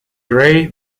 grey